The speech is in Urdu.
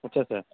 اچھا سر